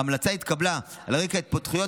ההמלצה התקבלה על רקע התפתחויות